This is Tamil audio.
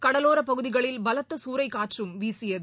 கடலோரபகுதிகளில் பலத்தசூரைக்காற்றும் வீசியது